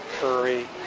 Curry